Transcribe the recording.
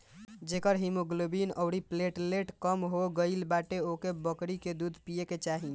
जेकर हिमोग्लोबिन अउरी प्लेटलेट कम हो गईल बाटे ओके बकरी के दूध पिए के चाही